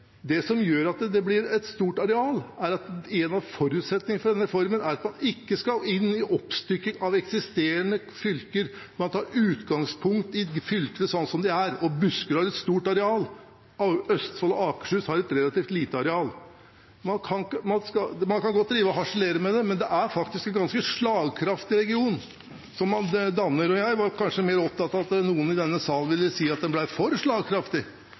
Det som gjør at det blir et stort areal, er at en av forutsetningene for denne reformen er at man ikke skal inn i oppstykking av eksisterende fylker. Man tar utgangspunkt i fylkene slik som de er, og Buskerud har et stort areal, mens Østfold og Akershus har et relativt lite areal. Man kan godt harselere med det, men det er faktisk en ganske slagkraftig region man danner. Jeg var kanskje mer opptatt av at noen i denne salen ville si at den blir for slagkraftig.